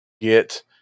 get